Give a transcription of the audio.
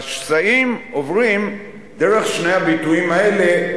והשסעים עוברים דרך שני הביטויים האלה,